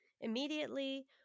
immediately